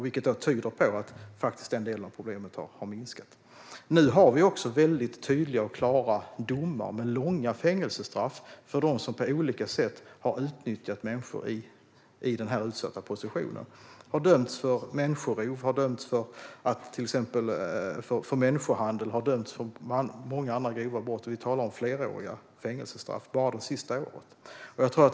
Det tyder på att den delen av problemet har minskat. Nu finns mycket tydliga och klara domar med långa fängelsestraff för dem som på olika sätt har utnyttjat människor i den utsatta positionen. De har dömts för människorov, människohandel och många andra grova brott bara under det senaste året. Vi talar om fleråriga fängelsestraff.